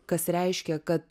kas reiškia kad